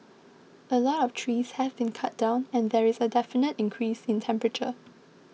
a lot of trees have been cut down and there is a definite increase in temperature